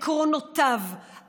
עקרונותיו,